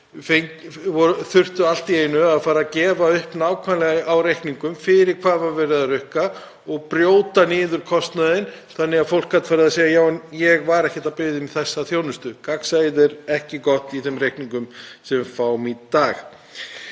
þar þurftu allt í einu að fara að gefa upp nákvæmlega á reikningum fyrir hvað var verið að rukka og brjóta niður kostnaðinn þannig að fólk gat farið að segja: Já, en ég var ekki að biðja um þessa þjónustu. Gagnsæið er ekki gott í þeim reikningum sem við fáum í dag.